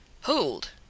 Hold